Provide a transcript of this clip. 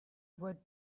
was